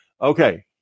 Okay